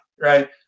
right